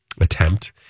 attempt